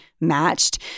matched